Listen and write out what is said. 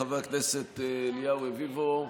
חבר הכנסת אליהו רביבו,